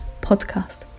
podcast